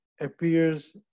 appears